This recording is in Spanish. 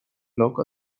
loco